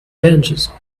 benches